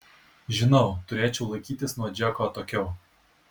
žinau turėčiau laikytis nuo džeko atokiau